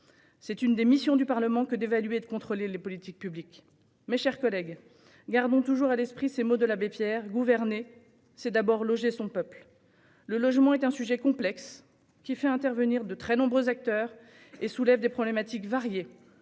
C'est l'une des missions du Parlement que d'évaluer et de contrôler les politiques publiques. Mes chers collègues, gardons toujours à l'esprit ces mots de l'abbé Pierre :« Gouverner, c'est d'abord loger son peuple. » Le logement est un sujet complexe, qui fait intervenir de très nombreux acteurs et soulève des problématiques variées,